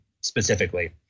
specifically